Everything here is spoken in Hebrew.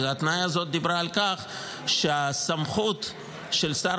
ההתניה הזאת דיברה על כך שהסמכות של שר